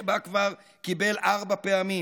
שבה כבר / קיבל ארבע פעמים: